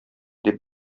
дип